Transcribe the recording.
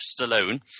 Stallone